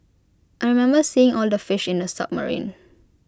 I remember seeing all the fish in the submarine